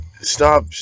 Stop